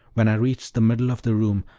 when i reached the middle of the room,